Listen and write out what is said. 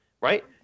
right